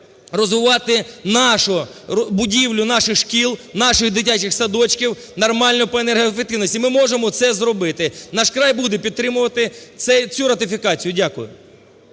розвивати нашу будівлю наших шкіл, наших дитячих садочків нормально по енергоефективності. Ми можемо це зробити. "Наш край" буде підтримувати цю ратифікацію. Дякую.